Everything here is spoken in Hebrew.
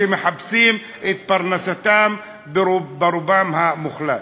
שמחפשים את פרנסתם ברובם המוחלט.